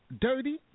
Dirty